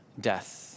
death